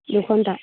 দুঘণ্টা